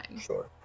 Sure